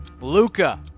Luca